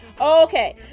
okay